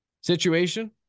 situation